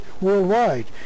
worldwide